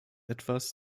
etwas